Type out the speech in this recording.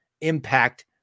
impact